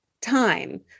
time